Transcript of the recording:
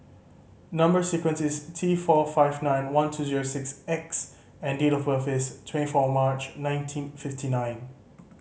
number sequence is T four five nine one two zero six X and date of birth is twenty four March nineteen fifty nine